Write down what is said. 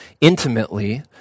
intimately